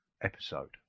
episode